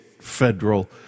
federal